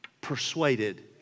persuaded